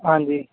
ਹਾਂਜੀ